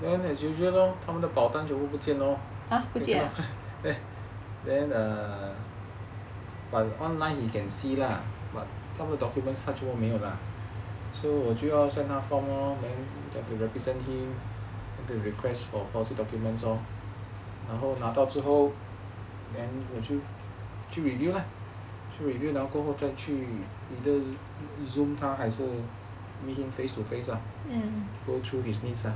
then as usual lor 他们的保单全部都不见 lor then then err but online he can see lah but proper documents such 没有 lah so 我就要 send 他 form lor then have to represent him the request for policy documents lor 然后拿到之后 then 就 review lah 就 review then 过后再去 either zoom 他还是 meet him face to face ah go through his needs ah